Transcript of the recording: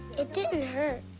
it didn't hurt,